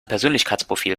persönlichkeitsprofil